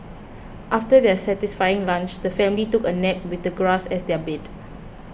after their satisfying lunch the family took a nap with the grass as their bed